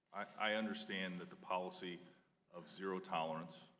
i understand that the policy of zero tolerance,